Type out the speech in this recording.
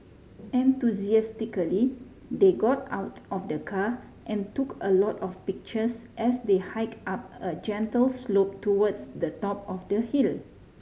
enthusiastically they got out of the car and took a lot of pictures as they hike up a gentle slope towards the top of the hill